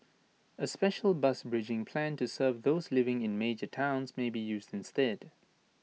A special bus bridging plan to serve those living in major towns may be used instead